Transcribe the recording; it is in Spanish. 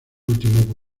último